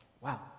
wow